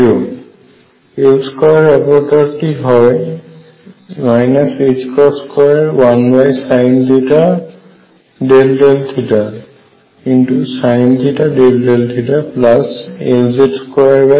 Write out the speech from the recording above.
L2 এর অপরেটরটি হয় ℏ21sinθ∂θsinθ∂θLz2